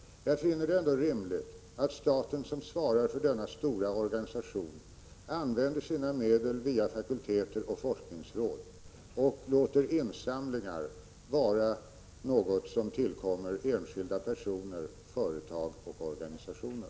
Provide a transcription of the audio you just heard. Jag finner det ändå rimligt att staten, som svarar för denna stora organisation, använder sina medel via fakulteter och forskningsråd och låter insamlingar vara något som tillkommer enskilda personer, företag och organisationer.